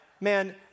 Man